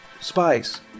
Spice